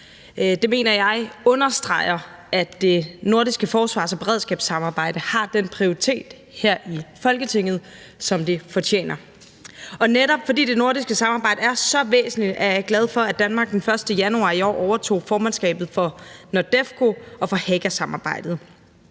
Det mener jeg understreger, at det nordiske forsvars- og beredskabssamarbejde har den prioritet her i Folketinget, som det fortjener. Og netop fordi det nordiske samarbejde er så væsentligt, er jeg glad for, at Danmark den 1. januar i år overtog formandskabet for NORDEFCO og for Haga-samarbejdet.